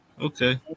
Okay